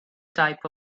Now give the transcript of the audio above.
type